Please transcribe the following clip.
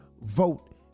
vote